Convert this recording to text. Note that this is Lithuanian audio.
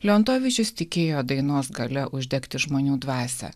leontovičius tikėjo dainos galia uždegti žmonių dvasią